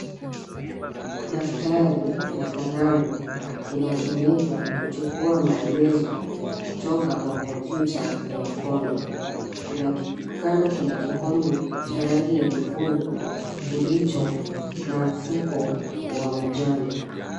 Daftari na kalamu inatumika kuchukua maelezo kutoka kwa kompyuta ya mkono kando kuna kikombe cha rangi ya nyekundu kilicho na mfuko wa majani